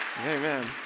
amen